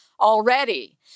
already